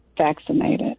vaccinated